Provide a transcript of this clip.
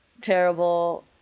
terrible